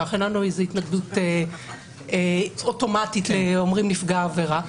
אין לנו איזה התנגדות אוטומטית כשאומרים "נפגע העבירה".